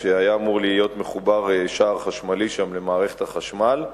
כשהיה אמור להיות מחובר שער חשמלי שם למערכת החשמל.